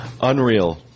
Unreal